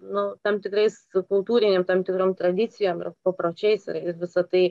nu tam tikrais su kultūrinėm tam tikrom tradicijom ir papročiais ir vi visa tai